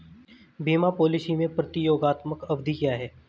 बीमा पॉलिसी में प्रतियोगात्मक अवधि क्या है?